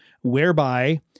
whereby